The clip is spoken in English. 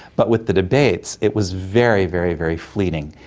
but with the debates it was very, very, very fleeting.